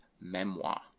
memoir